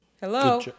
Hello